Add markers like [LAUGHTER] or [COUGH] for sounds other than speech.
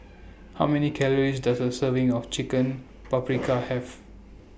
How Many Calories Does A Serving of Chicken [NOISE] Paprikas Have